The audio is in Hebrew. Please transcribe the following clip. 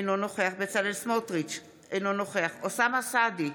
אינו נוכח בצלאל סמוטריץ' אינו נוכח אוסאמה סעדי,